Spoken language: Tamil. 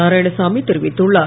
நாராயணசாமி தெரிவித்துள்ளார்